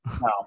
No